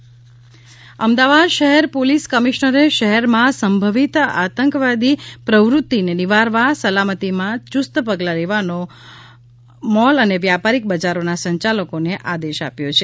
Ahmedabad police mall Ahmedabad શહેર police કમિશ્નરે શહેરમાં સંભાવિત આતંકવાદી પ્રવૃત્તિને નિવારવા સલામતીનાં યુસ્ત પગલાં લેવાનો મોલ અને વ્યાપારીક બજારોના સંયાલકોને આદેશ આપ્યો છે